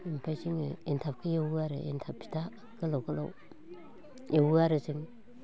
ओमफाय जोङो एनथाबखौ एवो आरो एनथाब फिथा गोलाव गोलाव एवो आरो जों